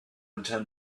returned